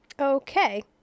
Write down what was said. Okay